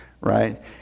right